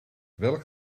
welk